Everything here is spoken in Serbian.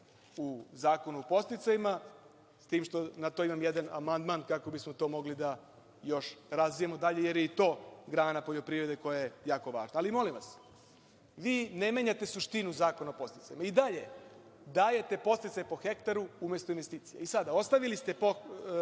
u Zakonu od podsticajima, s tim što na to imam jedan amandman kako bismo to mogli da još razvijemo dalje, jer je i to grana poljoprivrede koja je jako važna. Ali, molim vas, vi ne menjate suštinu Zakona o podsticajima. I dalje dajete podsticaje po hektaru umesto investicije. Ostavili ste 6.000